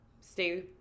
stay